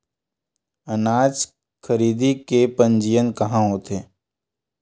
अनाज खरीदे के पंजीयन कहां होथे?